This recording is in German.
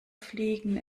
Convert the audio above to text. fliegen